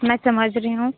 मैं समझ रही हूँ